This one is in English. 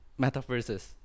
metaverses